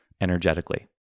energetically